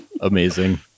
amazing